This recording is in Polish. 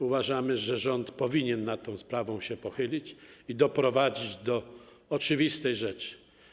Uważamy, że rząd powinien nad tą sprawą się pochylić i doprowadzić do oczywistej rzeczy.